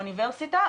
באוניברסיטה,